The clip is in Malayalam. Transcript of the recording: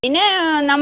പിന്നെ നമ്മൾ